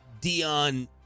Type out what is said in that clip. Dion